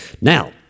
Now